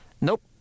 nope